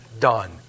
done